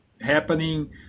happening